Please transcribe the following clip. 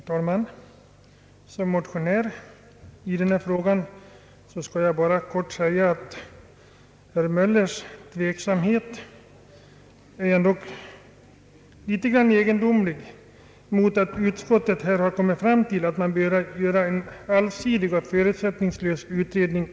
Herr talman! I egenskap av motionär i denna fråga vill jag helt kort säga att herr Möllers tveksamhet ändå är litet egendomlig med hänsyn till att utskottet kommit fram till att man bör göra en allsidig och förutsättningslös utredning.